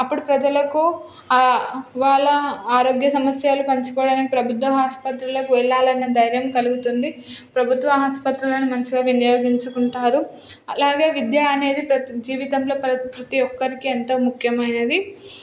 అప్పుడు ప్రజలకు వాళ్ళ ఆరోగ్య సమస్యలు పంచుకోవడానికి ప్రభుత్వ ఆసుపత్రులకు వెళ్లాలని ధైర్యం కలుగుతుంది ప్రభుత్వ ఆసుపత్రులను మంచిగా వినియోగించుకుంటారు అలాగే విద్య అనేది ప్రతి జీవితంలో ప్రతి ఒక్కరికి ఎంతో ముఖ్యమైనది